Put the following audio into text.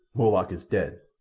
molak is dead.